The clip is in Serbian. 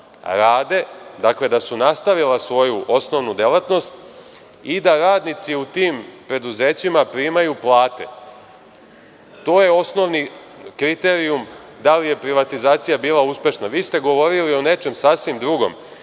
rade, da su nastavila svoju osnovnu delatnost i da radnici u tim preduzećima primaju plate. To je osnovni kriterijum da li je privatizacija bila uspešna. Vi ste govorili o nečem sasvim drugom.